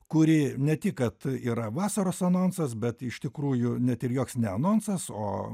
kuri ne tik kad yra vasaros anonsas bet iš tikrųjų net ir joks ne anonsas o